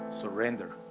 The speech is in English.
surrender